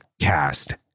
cast